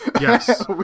yes